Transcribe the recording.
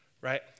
right